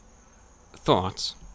thoughts